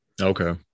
Okay